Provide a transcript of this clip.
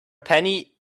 penny